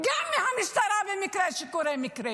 ואת מפריעה באופן קבוע, זה לא עובד ככה.